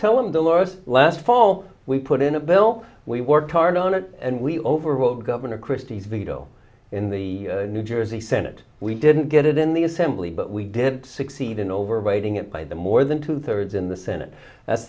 tell them the lord last fall we put in a bill we worked hard on it and we overhauled governor christie's veto in the new jersey senate we didn't get it in the assembly but we did succeed in overwriting it by the more than two thirds in the senate that's